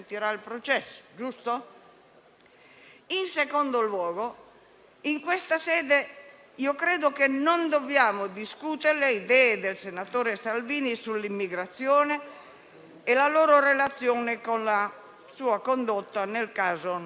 Da oltre un anno aspetto il momento, che questa maggioranza continua a rinviare, in cui il Parlamento potrà discutere della modifica dei cosiddetti decreti sicurezza e della riforma della legge sull'immigrazione.